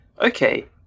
okay